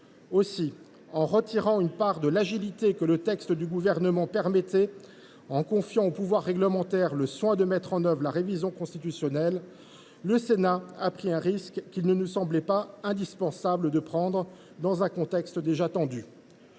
Aussi, en retirant une part de l’agilité que le texte du Gouvernement permettait en confiant au pouvoir réglementaire la mise en œuvre de la révision constitutionnelle, le Sénat a pris un risque qu’il ne nous semblait pas indispensable dans un contexte déjà tendu.